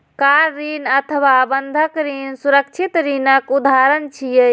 car ऋण अथवा बंधक ऋण सुरक्षित ऋणक उदाहरण छियै